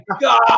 God